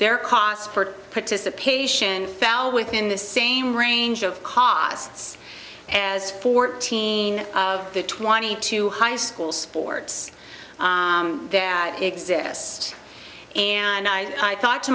their cause for participation foul within the same range of costs as fourteen of the twenty two high school sports that exist and i thought to